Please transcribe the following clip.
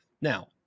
Now